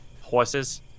Horses